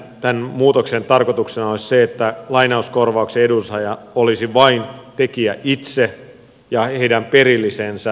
tämän muutoksen tarkoituksena olisi se että lainauskorvauksen edunsaaja olisi vain tekijä itse ja hänen perillisensä